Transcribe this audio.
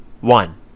one